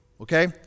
Okay